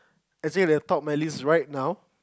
actually the top my list right now